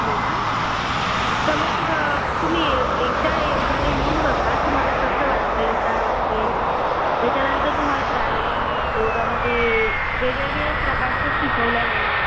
हो का तर मग तुम्ही एकदा योगाला येऊन बघा तुम्हाला कसं वाटतंय काय वाटतंय त्याच्यानंतर तुम्हाला प्राणायाम योगामध्ये वेगवेगळ्या प्रकारचा शिकवला जाणार आहे